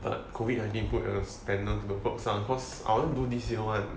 but COVID nineteen put a stop in the works lah cause I wanted to do this year one